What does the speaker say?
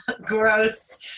gross